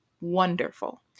wonderful